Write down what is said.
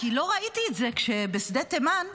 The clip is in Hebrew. כי לא ראיתי את זה כשבשדה תימן,